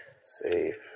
Safe